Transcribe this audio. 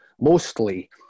mostly